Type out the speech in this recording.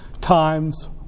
times